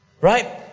Right